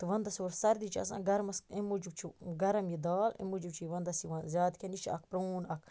تہٕ وَندَس یورٕ سردی چھِ آسان گرمَس امہ موٗجُب چھُ گرم یہِ دال امہ موٗجُب چھ وَندَس یِوان زیاد کھیٚنہٕ یہِ چھُ اکھ پرون اکھ